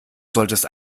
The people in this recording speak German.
solltest